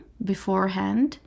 Beforehand